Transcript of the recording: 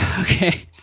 Okay